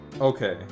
Okay